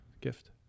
gift